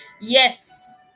Yes